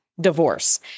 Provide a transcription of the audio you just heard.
divorce